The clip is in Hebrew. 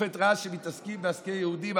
השופט ראה שמתעסקים בעסקי יהודים,